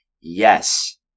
Yes